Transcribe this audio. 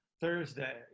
Thursday